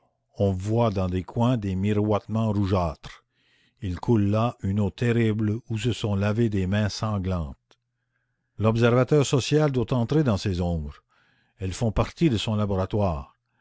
on voit dans des coins des miroitements rougeâtres il coule là une eau terrible où se sont lavées des mains sanglantes l'observateur social doit entrer dans ces ombres elles font partie de son laboratoire